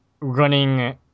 running